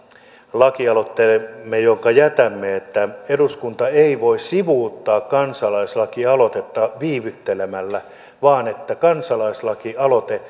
lakialoitteemme jonka jätämme että eduskunta ei voi sivuuttaa kansalaislakialoitetta viivyttelemällä vaan että kansalaislakialoite